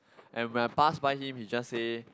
and when I pass by him he just say